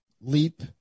leap